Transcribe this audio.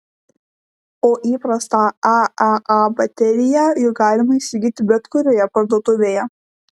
o įprastą aaa bateriją juk galima įsigyti bet kurioje parduotuvėje